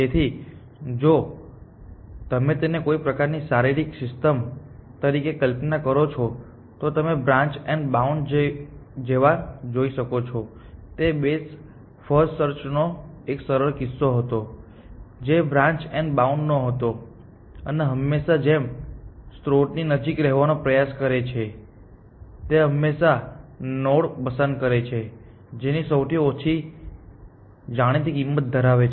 તેથી જો તમે તેને કોઈ પ્રકારની શારીરિક સિસ્ટમ તરીકે કલ્પના કરો છો તો તમે બ્રાન્ચ એન્ડ બાઉન્ડ જેવા જોઈ શકો છો તે બેસ્ટ ફર્સ્ટ સર્ચ નો એક સરળ કિસ્સો હતો જે બ્રાન્ચ એન્ડ બાઉન્ડ હતો અને હંમેશાની જેમ સ્ત્રોતની નજીક રહેવાનો પ્રયાસ કરે છે તે હંમેશાં નોડ પસંદ કરે છે કે જેની સૌથી ઓછી જાણીતી કિંમત ધરાવે છે